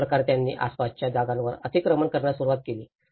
अशा प्रकारे त्यांनी आसपासच्या जागांवर अतिक्रमण करण्यास सुरवात केली